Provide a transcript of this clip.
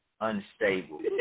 unstable